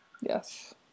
Yes